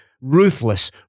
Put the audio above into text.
ruthless